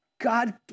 God